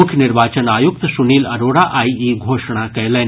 मुख्य निर्वाचन आयुक्त सुनील अरोड़ा आइ ई घोषणा कयलनि